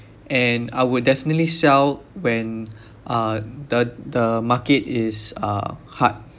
and I would definitely sell when uh the the market is uh hard